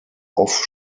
off